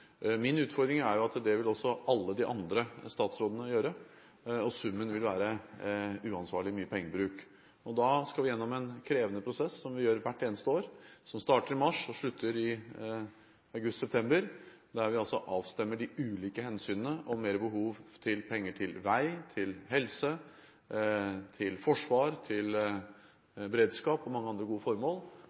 Min utfordring er jo at det vil alle de andre statsrådene også gjøre, og summen vil være uansvarlig mye pengebruk. Da skal vi gjennom en krevende prosess – som vi gjør hvert eneste år; den starter i mars og slutter i august–september – der vi avstemmer de ulike hensynene om behovet for mer penger til vei, til helse, til forsvar, til beredskap og til mange andre gode formål,